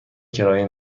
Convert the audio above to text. کرایه